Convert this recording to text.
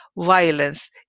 violence